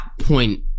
point